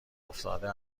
افتاده